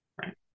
Right